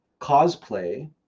cosplay